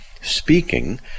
speaking